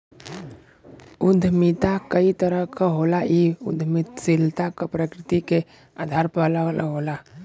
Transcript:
उद्यमिता कई तरह क होला इ उद्दमशीलता क प्रकृति के आधार पर अलग अलग होला